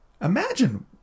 Imagine